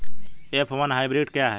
F one hybrid क्या है?